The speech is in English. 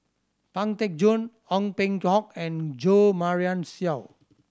Pang Teck Joon Ong Peng Hock and Jo Marion Seow